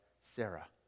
Sarah